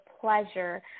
pleasure